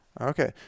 Okay